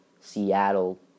Seattle